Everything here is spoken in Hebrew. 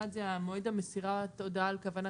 אחד זה המועד של מסירת ההודעה על כוונת